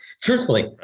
Truthfully